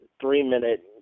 three-minute